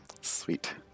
Sweet